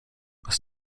was